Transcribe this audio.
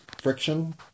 friction